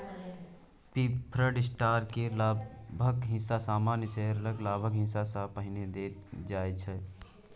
preferred stock केर लाभक हिस्सा सामान्य शेयरक लाभक हिस्सा सँ पहिने देल जाइ छै